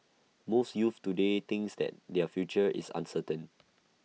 most youths today thinks that their future is uncertain